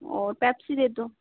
और पेप्सी दे दो